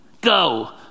Go